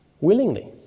willingly